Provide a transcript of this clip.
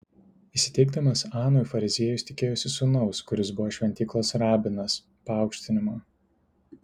įsiteikdamas anui fariziejus tikėjosi sūnaus kuris buvo šventyklos rabinas paaukštinimo